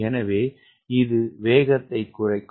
எனவே இது வேகத்தைக் குறைக்கும்